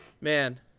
man